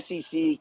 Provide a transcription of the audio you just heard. SEC